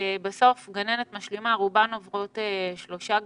רוב הגננות המשלימות עוברות שלושה גנים,